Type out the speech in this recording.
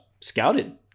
scouted